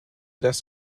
das